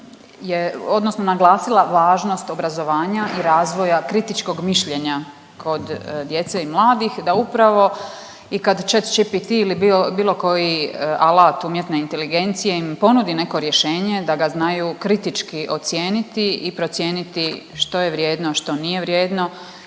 je odnosno naglasila važnost obrazovanja i razvoja kritičkog mišljenja kod djece i mladih da upravo i kad Chat GPT ili bilo koji alat umjetne inteligencije im ponudi neko rješenje da ga znaju kritički ocijeniti i procijeniti što je vrijedno, što nije vrijedno,